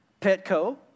Petco